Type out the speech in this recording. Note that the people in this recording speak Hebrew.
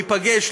להיפגש,